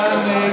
2 בסדר-היום,